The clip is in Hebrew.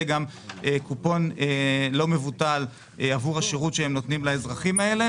גם קופון לא מבוטל עבור השירות שהם נותנים לאזרחים האלה,